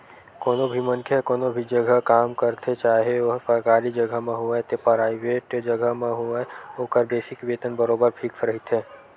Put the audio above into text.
कोनो भी मनखे ह कोनो भी जघा काम करथे चाहे ओहा सरकारी जघा म होवय ते पराइवेंट जघा म होवय ओखर बेसिक वेतन बरोबर फिक्स रहिथे